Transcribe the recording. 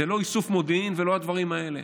זה לא איסוף מודיעין ולא הדברים האלה.